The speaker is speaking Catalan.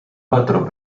patró